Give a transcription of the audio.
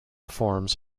forms